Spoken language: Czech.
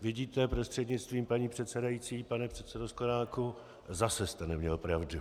Vidíte, prostřednictvím paní předsedající pane předsedo Sklenáku, zase jste neměl pravdu.